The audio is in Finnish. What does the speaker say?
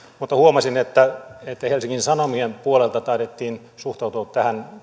mutta huomasin että helsingin sanomien puolelta taidettiin suhtautua tähän